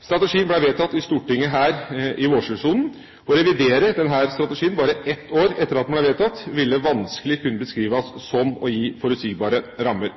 Strategien ble vedtatt her i Stortinget i vårsesjonen i fjor. Å revidere denne strategien bare ett år etter at den er vedtatt, ville vanskelig kunne beskrives som å gi forutsigbare rammer.